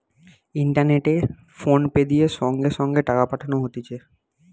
ইন্টারনেটে ফোনপে দিয়ে সঙ্গে সঙ্গে টাকা পাঠানো হতিছে